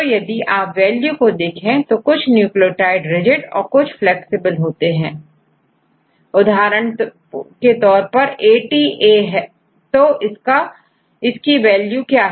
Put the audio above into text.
तो यदि आप वैल्यू को देखें तो कुछ न्यूक्लियोटाइड rigidऔर कुछflexible होंगे उदाहरण के तौर परATA तो इसकी वैल्यू क्या है